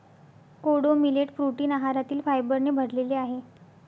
कोडो millet protein आहारातील फायबरने भरलेले आहे